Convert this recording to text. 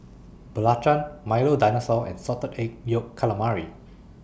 Belacan Milo Dinosaur and Salted Egg Yolk Calamari